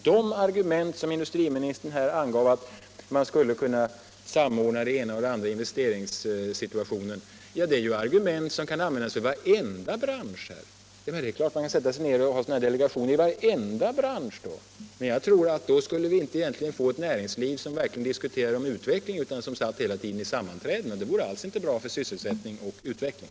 De argument som industriministern angav för något slags samordning av investeringssituationen kan ju användas för varenda bransch. Man skulle alltså med samma resonemang kunna tillskapa delegationer för varenda bransch. Men då tror jag att 61 vi skulle få ett näringsliv, som inte kunde ägna sig åt diskussioner om utveckling utan som hela tiden skulle vara upptaget av delegationssammanträden. Det vore inte alls bra för vare sig sysselsättning eller utveckling.